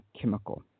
chemical